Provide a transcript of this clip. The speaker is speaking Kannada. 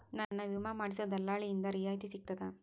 ನನ್ನ ವಿಮಾ ಮಾಡಿಸೊ ದಲ್ಲಾಳಿಂದ ರಿಯಾಯಿತಿ ಸಿಗ್ತದಾ?